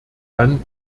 dann